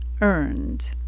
earned